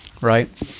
right